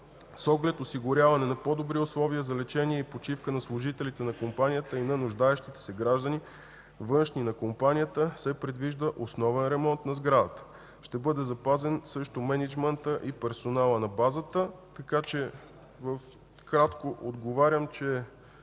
с оглед осигуряване на по-добри условия за лечение и почивка на служителите на Компанията и на нуждаещите се граждани – външни и на компанията, предвижда се основен ремонт на сградата. Ще бъде запазен също мениджмънта и персонала на базата. Кратко отговарям, че